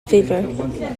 fever